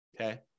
Okay